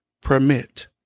permit